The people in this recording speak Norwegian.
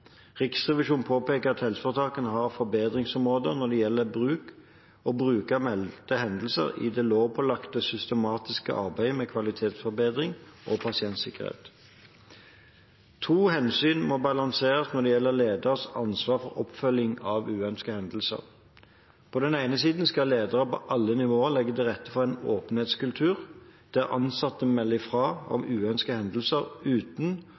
Riksrevisjonen påpeker at helseforetakene har forbedringsområder når det gjelder å bruke meldte hendelser i det lovpålagte systematiske arbeidet med kvalitetsforbedring og pasientsikkerhet. To hensyn må balanseres når det gjelder leders ansvar for oppfølging av uønskede hendelser. På den ene siden skal ledere på alle nivåer legge til rette for en åpenhetskultur der ansatte melder fra om uønskede hendelser uten